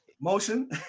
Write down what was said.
Motion